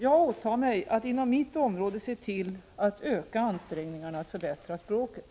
Jag åtar mig att inom mitt område se till att öka ansträngningarna att förbättra språket.